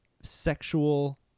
sexual